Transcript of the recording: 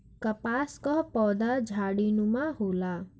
कपास कअ पौधा झाड़ीनुमा होला